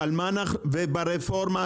וברפורמה,